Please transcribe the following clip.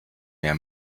mehr